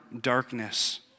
darkness